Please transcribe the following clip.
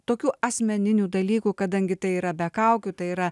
tokių asmeninių dalykų kadangi tai yra be kaukių tai yra